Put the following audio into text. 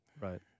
Right